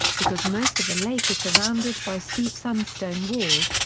because most of the lake is surrounded by steep sandstone walls,